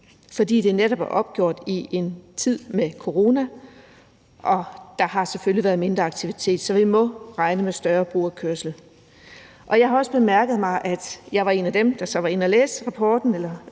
fordi det netop er opgjort i en tid med corona, hvor der selvfølgelig har været mindre aktivitet. Så vi må regne med større brugerkørsel. Jeg har også bemærket – jeg var en af dem, der så var inde at læse rapporten